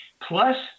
Plus